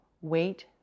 wait